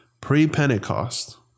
pre-Pentecost